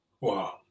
Wow